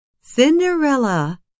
Cinderella